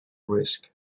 risk